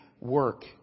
work